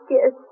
Yes